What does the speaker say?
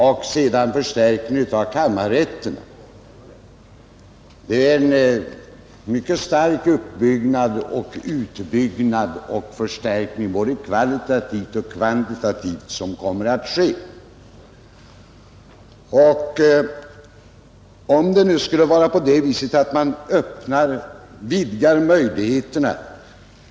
Vi kommer där att få en mycket stark förstärkning, både kvalitativt och kvantitativt, genom inrättandet av länsrätter och skatterätter samt genom förstärkningen av kammarrätterna.